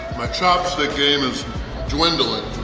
my chopstick game is dwindling.